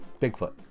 Bigfoot